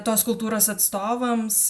tos kultūros atstovams